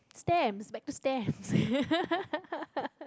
stamps but two stamps